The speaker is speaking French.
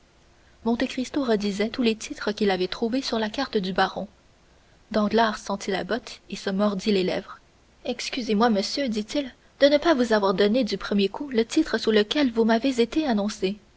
députés monte cristo redisait tous les titres qu'il avait trouvés sur la carte du baron danglars sentit la botte et se mordit les lèvres excusez-moi monsieur dit-il de ne pas vous avoir donné du premier coup le titre sous lequel vous m'avez été annoncé